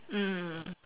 mm